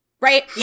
right